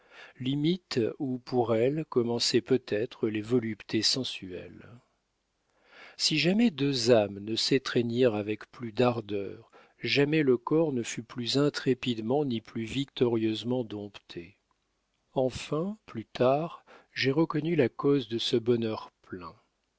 limite où pour elle commençaient peut-être les voluptés sensuelles si jamais deux âmes ne s'étreignirent avec plus d'ardeur jamais le corps ne fut plus intrépidement ni plus victorieusement dompté enfin plus tard j'ai reconnu la cause de ce bonheur plein